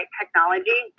technology